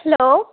hello